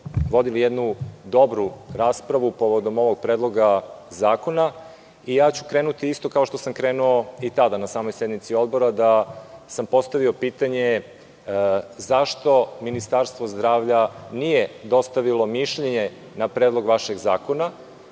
vodili jednu dobru raspravu povodom Predloga zakona i krenuću isto kao što sam krenuo i tada na samoj sednici Odbora kada sam postavio pitanje – zašto Ministarstvo zdravlja nije dostavilo mišljenje na Predlog zakona?